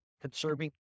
conserving